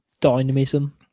dynamism